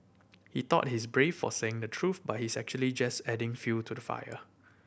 he thought he's brave for saying the truth but he's actually just adding fuel to the fire